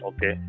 Okay